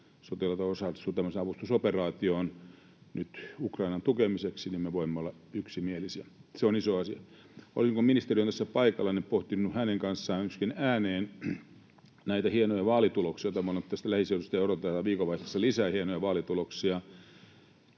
sotilaita osallistuu tämmöiseen avustusoperaatioon nyt Ukrainan tukemiseksi, niin me voimme olla yksimielisiä. Se on iso asia. Kun ministeri on tässä paikalla, olisin pohtinut hänen kanssaan myöskin ääneen näitä hienoja vaalituloksia, joita me olemme nähneet tässä lähiseudulla — ja odotetaan viikonvaihteessa lisää hienoja vaalituloksia.